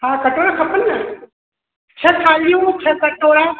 हा कटोरा खपनि न छह थालियूं छह कटोरा